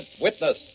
Witness